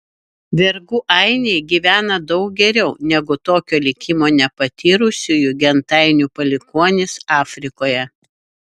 vergų ainiai gyvena daug geriau negu tokio likimo nepatyrusiųjų gentainių palikuonys afrikoje